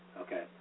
okay